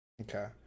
Okay